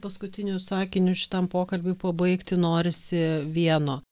paskutiniu sakiniu šitam pokalbiui pabaigti norisi vieno